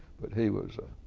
but he was a